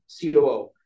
COO